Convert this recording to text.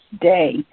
day